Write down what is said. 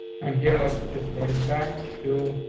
and here, let's just right back to